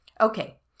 okay